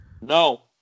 No